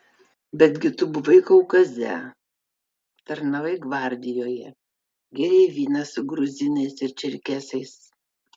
betgi tu buvai kaukaze tarnavai gvardijoje gėrei vyną su gruzinais ir čerkesais